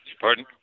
pardon